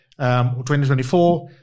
2024